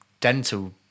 dental